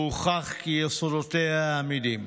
והוכח כי יסודותיה עמידים.